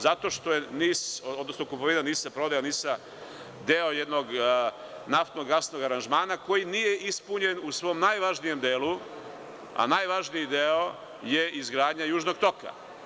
Zato što je kupovina NIS-a, prodaja NIS-a deo jednog naftno-gasnog aranžmana koji nije ispunjen u svom najvažnijem delu, a najvažniji deo je izgradnja Južnog toka.